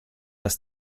las